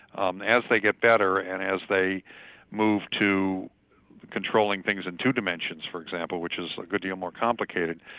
and as they get better and as they move to controlling things in two dimensions for example, which is a good deal more complicated,